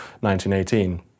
1918